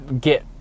get